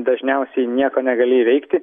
dažniausiai nieko negali įveikti